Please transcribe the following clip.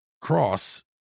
cross